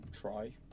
try